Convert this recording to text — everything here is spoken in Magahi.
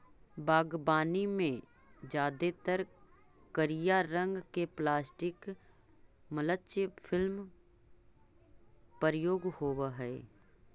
बागवानी में जादेतर करिया रंग के प्लास्टिक मल्च फिल्म प्रयोग होवऽ हई